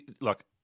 look